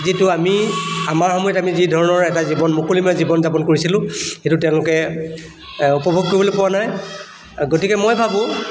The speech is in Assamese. যিটো আমি আমাৰ সময়ত আমি যি ধৰণৰ এটা জীৱন মুকলিমূৰীয়া জীৱন যাপন কৰিছিলোঁ সেইটো তেওঁলোকে উপভোগ কৰিবলৈ পোৱা নাই আৰু গতিকে মই ভাবোঁ